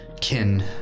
Kin